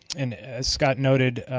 and as scott noted,